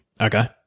Okay